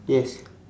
yes